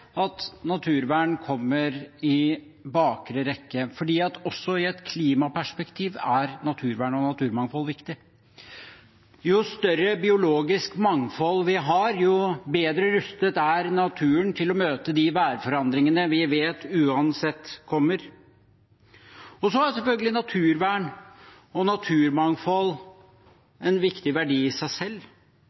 at naturvern kommer i bakre rekke, for også i et klimaperspektiv er naturvern og naturmangfold viktig. Jo større biologisk mangfold vi har, jo bedre rustet er naturen til å møte de værforandringene vi vet kommer, uansett. Så er selvfølgelig naturvern og naturmangfold en viktig verdi i seg selv.